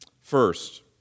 First